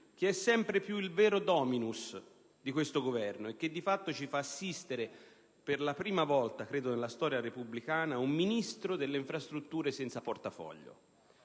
che è sempre più il vero *dominus* di questo Governo e che di fatto ci fa assistere per la prima volta, credo nella storia repubblicana, a un Ministro delle infrastrutture senza portafoglio.